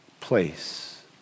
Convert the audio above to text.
place